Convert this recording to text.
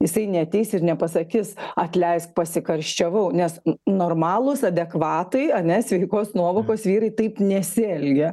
jisai neateis ir nepasakys atleisk pasikarščiavau nes normalūs adekvatai ane sveikos nuovokos vyrai taip nesielgia